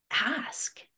ask